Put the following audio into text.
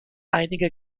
einige